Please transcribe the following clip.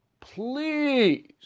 Please